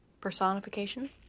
Personification